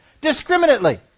discriminately